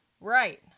right